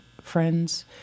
friends